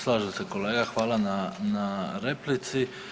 Slažem se kolega, hvala na replici.